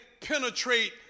penetrate